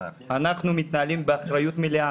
אנחנו מתנהלים באחריות מלאה,